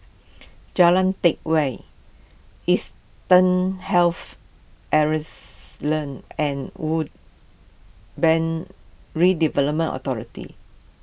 Jalan Teck Whye Eastern Health and Urban Redevelopment Authority